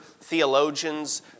theologians